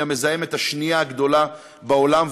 היא המזהמת השנייה הגדולה בעולם,